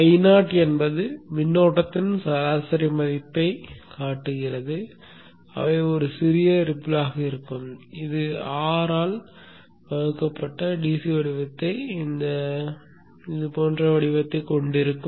Io என்பது மின்னோட்டத்தின் சராசரி மதிப்பைக் காட்டியது அவை ஒரு சிறிய ரிப்பில் ஆக இருக்கும் இது R ஆல் வகுக்கப்பட்ட DC வடிவத்தைப் போன்ற அதே வடிவத்தைக் கொண்டிருக்கும்